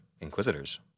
inquisitors